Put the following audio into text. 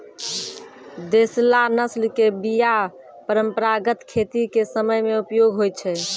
देशला नस्ल के बीया परंपरागत खेती के समय मे उपयोग होय छै